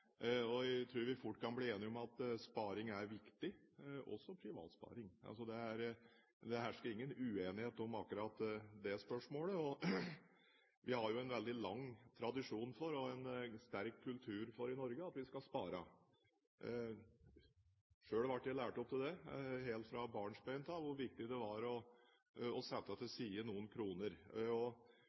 Jeg tror vi fort kan bli enige om at sparing er viktig, også privat sparing. Det hersker ingen uenighet om akkurat det spørsmålet. Vi har jo en veldig lang tradisjon og sterk kultur for i Norge at vi skal spare. Selv ble jeg helt fra barnsben av lært opp til hvor viktig det var å sette til side noen kroner.